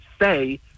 say